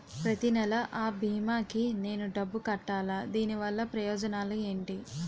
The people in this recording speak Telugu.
ప్రతినెల అ భీమా కి నేను డబ్బు కట్టాలా? దీనివల్ల ప్రయోజనాలు ఎంటి?